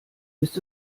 ist